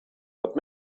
but